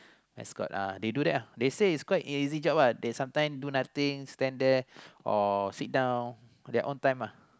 escort uh they do that uh they said its quite easy job uh they sometimes do nothing stand there or sit down their own time ah